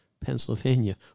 Pennsylvania